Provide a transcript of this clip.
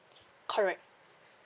correct